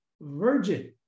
virgin